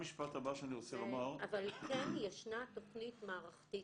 אבל כן ישנה תוכנית מערכתית.